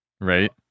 right